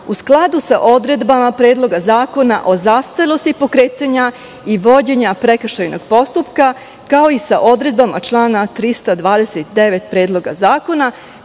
u skladu sa odredbama Predloga zakona o zastarelosti pokretanja i vođenja prekršajnog postupka, kao i sa odredbama člana 329. Predloga zakona